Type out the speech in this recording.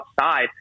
outside